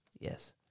Yes